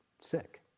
sick